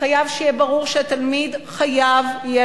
חייב שיהיה ברור שהתלמיד חייב יהיה